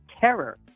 terror